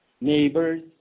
neighbors